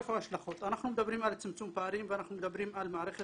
אנחנו מדברים על צמצום פערים ואנחנו מדברים על מערכת